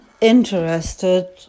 interested